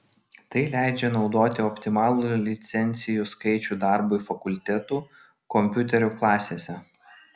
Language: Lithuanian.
tai leidžia naudoti optimalų licencijų skaičių darbui fakultetų kompiuterių klasėse